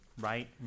right